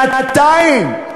שנתיים.